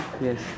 yes